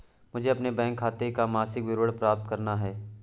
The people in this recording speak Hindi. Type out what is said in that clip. मुझे अपने बैंक खाते का मासिक विवरण प्राप्त करना है?